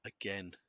again